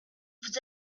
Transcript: vous